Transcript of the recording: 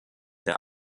der